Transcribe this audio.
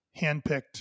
handpicked